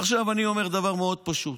עכשיו אני אומר דבר מאוד פשוט: